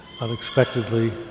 unexpectedly